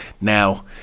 now